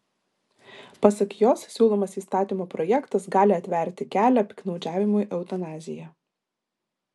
pasak jos siūlomas įstatymo projektas gali atverti kelią piktnaudžiavimui eutanazija